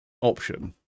option